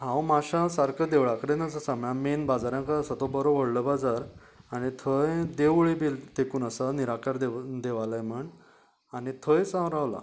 हांव माश्यां सारको देवळा कडेन आसा मेन बाजारांकच आसा तो बरो व्हडलो बाजार आनी थंय देवूळय बी तेकून आसा निराकार देवूळ देवालय म्हण आनी थंयच हांव रावला